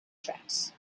tracks